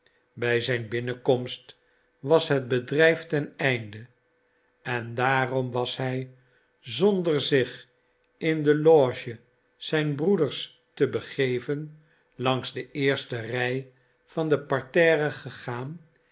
bij zijn binnenkomst was het bedrijf ten einde en daarom was hij zonder zich in de loge zijns broeders te begeven langs de eerste rij van het parterre gegaan